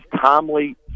timely